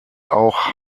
auch